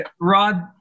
Rod